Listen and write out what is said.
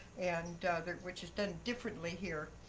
and which is done differently here.